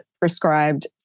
prescribed